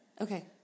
Okay